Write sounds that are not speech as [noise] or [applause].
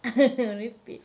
[laughs] merepek